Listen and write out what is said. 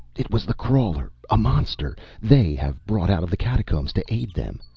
it was the crawler! a monster they have brought out of the catacombs to aid them!